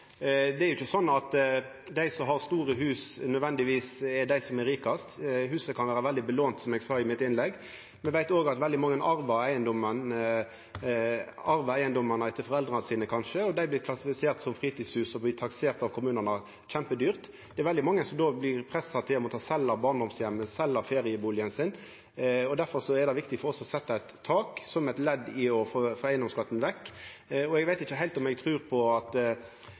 Det er ikkje sånn at dei som har store hus, nødvendigvis er dei som er rikast, det kan vera mykje lån på huset, som eg sa i mitt innlegg. Me veit òg at veldig mange arvar eigedom, kanskje etter foreldra sine, og dei blir klassifisert som fritidshus og taksert kjempedyrt av kommunane. Det er veldig mange som då blir pressa til å måtta selja barndomsheimen sin, selja feriebustaden sin. Derfor er det viktig for oss å setja eit tak som eit ledd i å få eigedomsskatten vekk. Eg veit ikkje heilt om eg trur på at